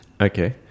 Okay